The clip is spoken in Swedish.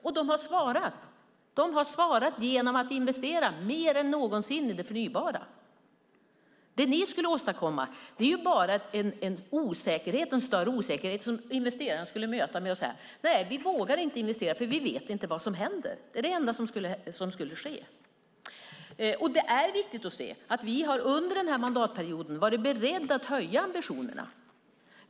Och de har svarat genom att investera mer än någonsin i det förnybara. Det ni skulle åstadkomma är bara en större osäkerhet som investerarna skulle möta med att säga: Nej, vi vågar inte investera, för vi vet inte vad som händer. Det är det enda som skulle ske. Vi har under den här mandatperioden varit beredda att höja ambitionerna.